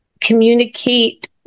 Communicate